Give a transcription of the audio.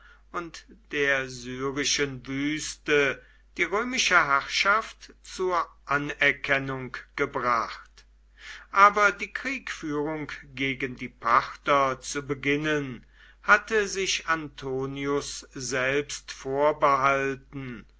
und der syrischen wüste die römische herrschaft zur anerkennung gebracht aber die kriegführung gegen die parther zu beginnen hatte sich antonius selbst vorbehalten